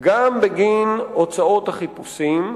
גם בגין הוצאות החיפושים,